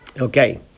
Okay